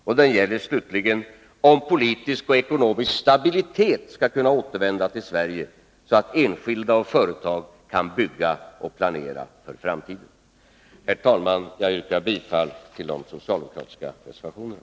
Och den gäller slutligen om politisk och ekonomisk stabilitet skall kunna återvända till Sverige, så att enskilda och företag kan bygga och planera för framtiden. Herr talman! Jag yrkar bifall till de socialdemokratiska reservationerna.